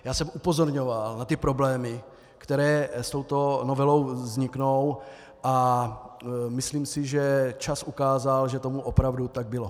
Já jsem upozorňoval na problémy, které s touto novelou vzniknou, a myslím si, že čas ukázal, že tomu opravdu tak bylo.